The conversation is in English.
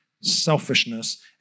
selfishness